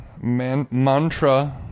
mantra